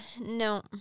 No